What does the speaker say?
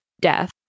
death